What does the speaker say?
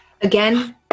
Again